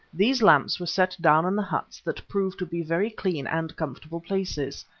these lamps were set down in the huts that proved to be very clean and comfortable places,